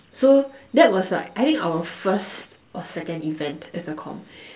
so that was like I think our first or second event as a comm